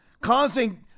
causing